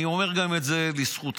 אני אומר את זה לזכותך,